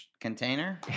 container